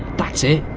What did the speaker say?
that's it.